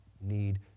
need